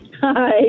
Hi